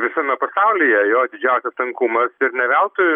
visame pasaulyje jo didžiausias tankumas ir ne veltui